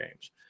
Games